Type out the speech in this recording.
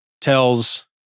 tells